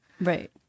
Right